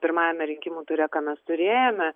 pirmajame rinkimų ture ką mes turėjome